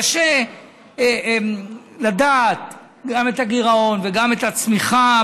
קשה לדעת גם את הגירעון, גם את הצמיחה,